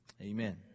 Amen